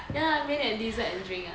ya main and dessert and drink ah